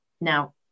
Now